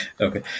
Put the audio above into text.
okay